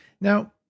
Now